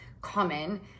common